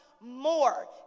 more